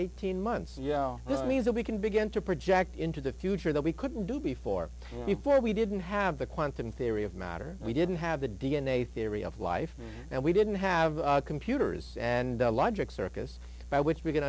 eighteen months you know that means that we can begin to project into the future that we couldn't do before before we didn't have the quantum theory of matter we didn't have the d n a theory of life and we didn't have computers and logic circus by which we c